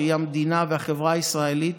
שהיא המדינה והחברה הישראלית,